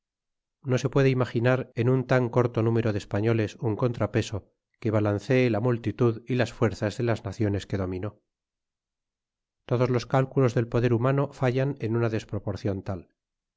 no se puede imaginar en un tan corto m'o de españoles un contrapeso que balancee la multitud y las fuerzas de las naciones que dominó todos los cálculos del poder humano fallan en una desproporcion tal